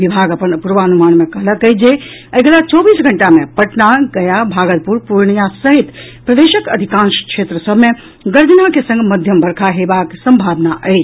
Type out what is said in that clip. विभाग अपन पूर्वानुमान मे कहलक अछि जे अगिला चौबीस घंटा मे पटना गया भागलपुर पूर्णिया सहित प्रदेशक अधिकांश क्षेत्र सभ मे गर्जना के संग मध्यम वर्षा हेबाक संभावना अछि